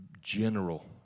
General